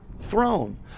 throne